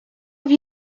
have